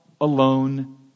alone